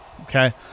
okay